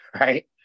right